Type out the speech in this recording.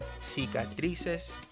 Cicatrices